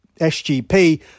SGP